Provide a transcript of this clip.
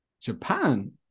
Japan